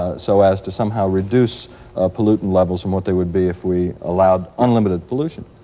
ah so as to somehow reduce pollutant levels from what they would be if we allowed unlimited pollution.